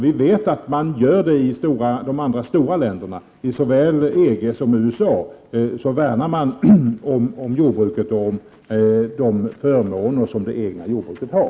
Vi vet att man gör det i de andra länderna, såväl inom EG som i USA. Där värnar man om jordbruket och de förmåner som det egna jordbruket har.